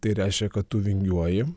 tai reiškia kad tu vingiuoji